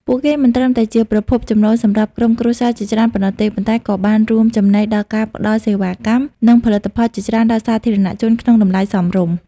ពួកគេមិនត្រឹមតែជាប្រភពចំណូលសម្រាប់ក្រុមគ្រួសារជាច្រើនប៉ុណ្ណោះទេ ប៉ុន្តែក៏បានរួមចំណែកដល់ការផ្តល់សេវាកម្ម និងផលិតផលជាច្រើនដល់សាធារណជនក្នុងតម្លៃសមរម្យ ។